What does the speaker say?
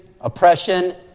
oppression